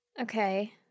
Okay